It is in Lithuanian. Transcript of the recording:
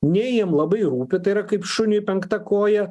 nei jiem labai rūpi tai yra kaip šuniui penkta koja